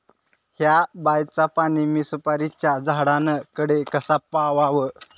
हया बायचा पाणी मी सुपारीच्या झाडान कडे कसा पावाव?